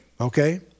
Okay